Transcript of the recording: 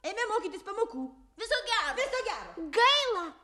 eime mokytis pamokų